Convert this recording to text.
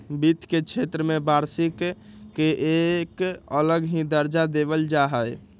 वित्त के क्षेत्र में वार्षिक के एक अलग ही दर्जा देवल जा हई